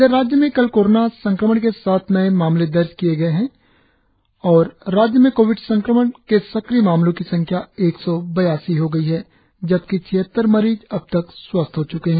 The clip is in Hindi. इधर राज्य में कल कोरोना संक्रमण के सात नये मामले दर्ज किये गये है राज्य में कोविड संक्रमण से सक्रिय मामलो की संख्या एक सौ बयासी हो गई है जबकि छिहत्तर मरीज अबतक स्वस्थ हो च्के है